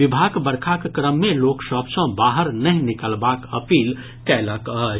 विभाग बरखाक क्रम मे लोक सभ सॅ बाहर नहि निकलबाक अपील कयलक अछि